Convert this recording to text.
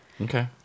Okay